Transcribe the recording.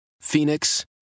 Phoenix